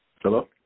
Hello